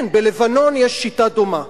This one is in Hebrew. כן, בלבנון יש שיטה דומה.